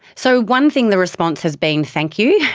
so, one thing, the response has been thank you,